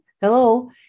hello